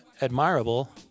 admirable